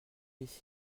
ici